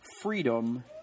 freedom